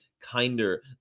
kinder